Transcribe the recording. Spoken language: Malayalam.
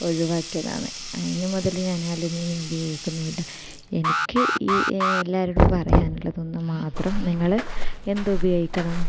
ഒഴിവാക്കിയതാണ് അതിന് മുതൽ ഞാൻ അലൂമിനിയം ഉപയോഗിക്കുന്നുമില്ല എനിക്ക് ഈ എല്ലാവരോടും പറയാൻ ഉള്ളത് ഒന്ന് മാത്രം നിങ്ങൾ എന്ത് ഉപയോഗിക്കണം